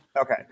Okay